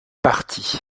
parti